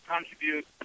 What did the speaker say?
contribute